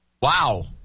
Wow